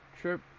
trip